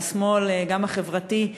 מהשמאל גם החברתי,